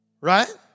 right